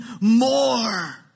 more